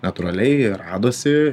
natūraliai radosi